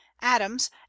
adams